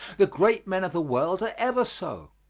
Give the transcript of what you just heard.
the great men of the world are ever so.